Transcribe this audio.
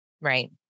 Right